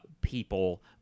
people